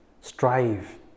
strive